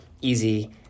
easy